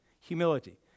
Humility